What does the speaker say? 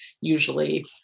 usually